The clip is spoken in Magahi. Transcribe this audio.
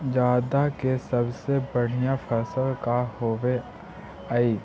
जादा के सबसे बढ़िया फसल का होवे हई?